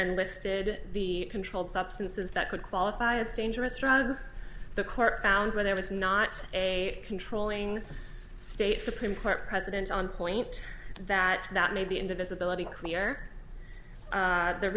and listed the controlled substances that could qualify as dangerous drugs the court found where there was not a controlling state supreme court president on point that that may be indivisibility clear